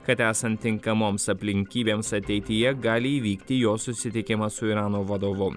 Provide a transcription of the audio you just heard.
kad esant tinkamoms aplinkybėms ateityje gali įvykti jo susitikimas su irano vadovu